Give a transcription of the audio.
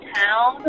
town